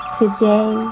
today